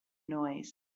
noise